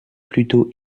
plutôt